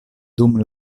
dum